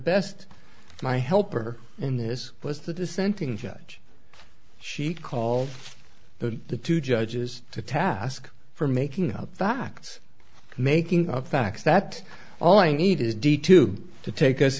best my helper in this was the dissenting judge she called the two judges to task for making up facts making up facts that all i need is d to take us